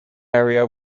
area